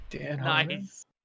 Nice